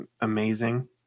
amazing